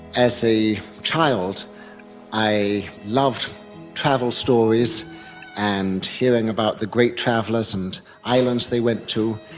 as a child i loved travel stories and hearing about the great travellers and islands they went to.